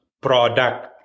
product